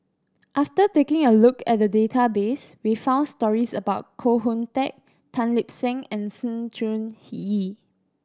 after taking a look at database we found stories about Koh Hoon Teck Tan Lip Seng and Sng Choon Yee